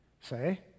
say